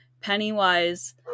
Pennywise